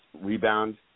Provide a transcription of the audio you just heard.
rebound